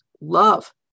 love